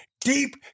deep